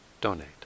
donate